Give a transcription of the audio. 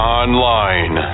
online